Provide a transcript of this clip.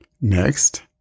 Next